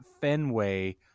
Fenway